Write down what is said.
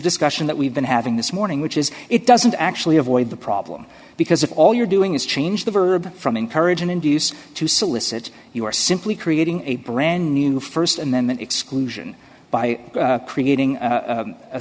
discussion that we've been having this morning which is it doesn't actually avoid the problem because if all you're doing is change the verb from encourage and induce to solicit you are simply creating a brand new st and then that exclusion by creating a